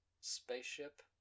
spaceship